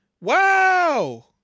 Wow